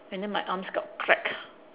and then my arms got cracked